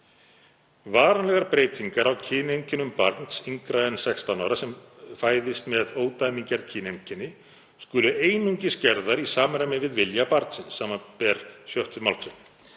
„Varanlegar breytingar á kyneinkennum barns yngra en 16 ára sem fæðist með ódæmigerð kyneinkenni skulu einungis gerðar í samræmi við vilja barnsins, sbr. 6. mgr.